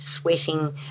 sweating